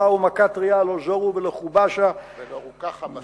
ומכה טריה לא־זרו ולא חבשו" "ולא רככה בשמן".